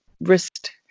wrist